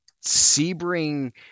sebring